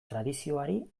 tradizioari